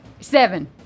Seven